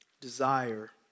desire